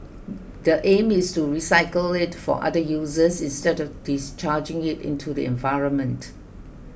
the aim is to recycle it for other uses instead of discharging it into the environment